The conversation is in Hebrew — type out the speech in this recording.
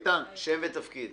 שם ותפקיד.